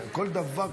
ראו בכל דבר.